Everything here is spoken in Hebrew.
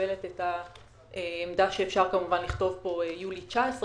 מקבלת את העמדה שאפשר לכתוב פה "יולי 2019"